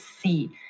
see